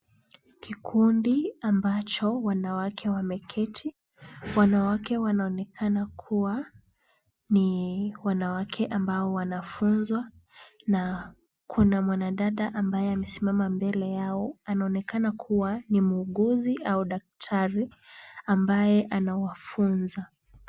Kikundi ambacho wanawake wameketi. Wanawake wanaonekana kuwa ni wanawake ambao wanafunzwa na kuna mwanadada ambaye amesimama mbele yao, anaonekana kuwa ni muuguzi au daktari ambaye anawafunza.